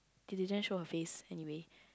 she didn't show her face anyway